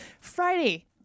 friday